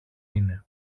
είναι